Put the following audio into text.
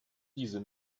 diese